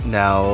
now